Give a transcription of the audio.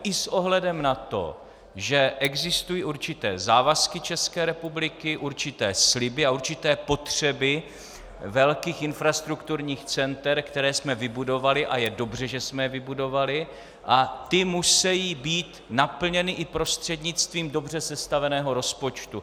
I s ohledem na to, že existují určité závazky České republiky, určité sliby a určité potřeby velkých infrastrukturních center, která jsme vybudovali, a je dobře, že jsme je vybudovali, a ty musejí být naplněny i prostřednictvím dobře sestaveného rozpočtu.